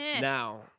Now